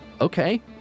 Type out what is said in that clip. okay